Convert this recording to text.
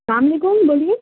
سام ل کون بولیے